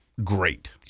great